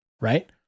Right